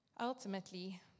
Ultimately